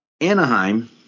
Anaheim